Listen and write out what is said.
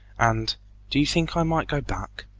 and do you think i might go back?